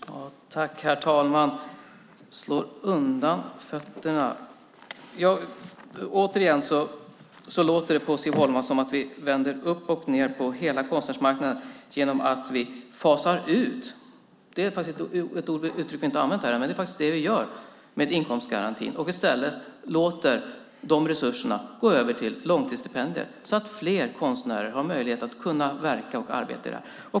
Herr talman! Siv Holma talar om att slå undan fötterna. Det låter på henne som att vi vänder upp och ned på hela konstnärsmarknaden genom att vi fasar ut - det är ett uttryck som vi inte har använt här, men det är faktiskt det som vi gör - inkomstgarantin och i stället låter dessa resurser gå över till långtidsstipendier så att fler konstnärer har möjlighet att verka och arbeta.